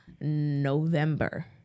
November